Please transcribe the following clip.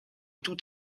tout